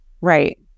right